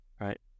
right